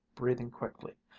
breathing quickly.